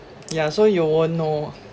yeah so you won't know